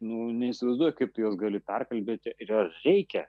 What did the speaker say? nu neįsivaizduoju kaip tu juos gali perkalbėti jir ar reikia